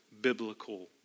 biblical